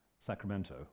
Sacramento